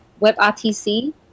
WebRTC